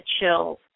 chills